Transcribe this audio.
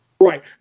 Right